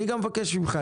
אני גם מבקש ממך,